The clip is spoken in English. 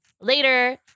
later